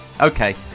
okay